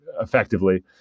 effectively